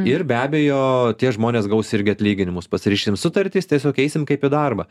ir be abejo tie žmonės gaus irgi atlyginimus pasiryšim sutartis tiesiog eisim kaip į darbą